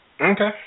Okay